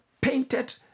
painted